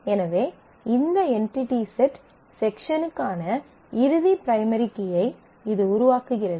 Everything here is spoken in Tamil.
எனவே இந்த என்டிடி செட் செக்ஷன்க்கான இறுதி பிரைமரி கீயை இது உருவாக்குகிறது